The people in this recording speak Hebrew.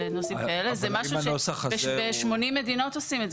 זה משהו שב-80 מדינות עושים.